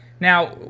now